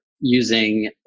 using